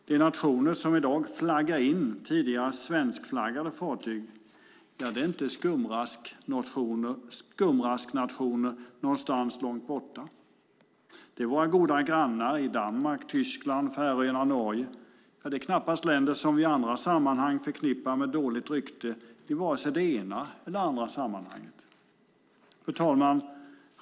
De nationer som i dag flaggar in tidigare svenskflaggade fartyg är inga skumrasknationer någonstans långt borta, utan det är våra goda grannar i Danmark, Tyskland, Färöarna och Norge. Det är alltså knappast länder som vi förknippar med dåligt rykte i vare sig det ena eller det andra sammanhanget. Fru talman!